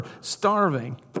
starving